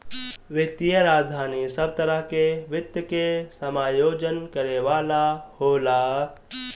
वित्तीय राजधानी सब तरह के वित्त के समायोजन करे वाला होला